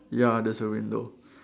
ya there's a window